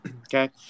Okay